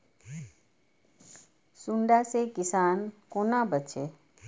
सुंडा से किसान कोना बचे?